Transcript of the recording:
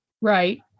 Right